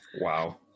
Wow